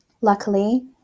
luckily